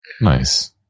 Nice